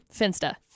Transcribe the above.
Finsta